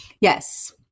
Yes